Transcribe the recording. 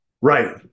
Right